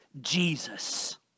Jesus